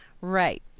Right